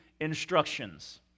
instructions